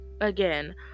Again